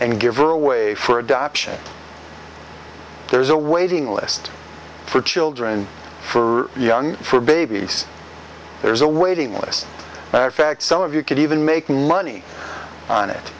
and give her away for adoption there's a waiting list for children for young for babies there's a waiting list fact some of you could even make money on it